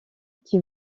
qui